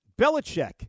Belichick